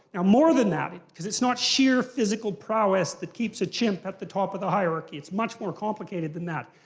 ah more than that. because it's not sheer physical prowess that keeps a chimp at the top of the hierarchy. it's much more complicated than that.